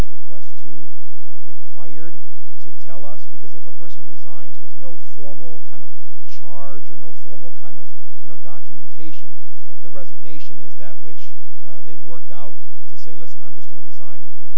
this request to required to tell us because if a person resigns with no formal kind of charge or no formal kind of you know documentation but the resignation is that which they worked out to say listen i'm going to resign and you know